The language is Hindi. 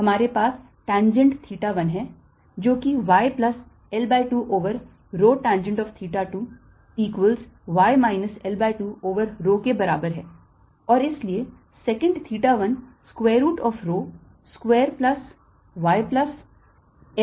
हमारे पास tangent theta 1 है जो कि y plus L by 2 over rho tangent of theta 2 equals y minus L by 2 over rho के बराबर है